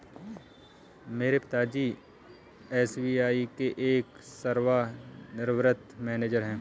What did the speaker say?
मेरे पिता जी एस.बी.आई के एक सेवानिवृत मैनेजर है